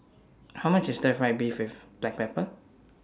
How much IS Stir Fried Beef with Black Pepper